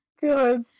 Good